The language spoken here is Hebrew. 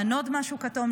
לענוד משהו כתום,